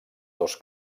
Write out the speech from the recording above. dos